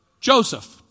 Joseph